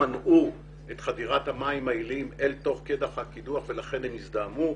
לא מנעו את חדירת המים העיליים אל תוך הקידוח ולכן הם הזדהמו,